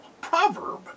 proverb